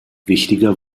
wichtiger